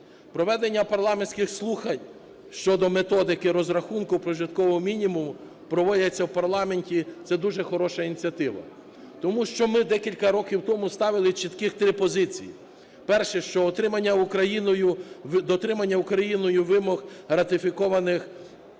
Проведення парламентських слухань щодо методики розрахунку прожиткового мінімуму проводяться в парламенті – це дуже хороша ініціатива. Тому що ми декілька років тому ставили чітких три позиції: перше – що дотримання Україною вимог ратифікованих